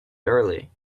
early